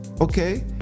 okay